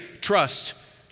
trust